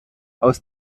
aus